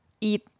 eat